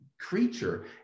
creature